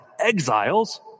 exiles